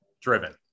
driven